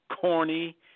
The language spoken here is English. Corny